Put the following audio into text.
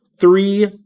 three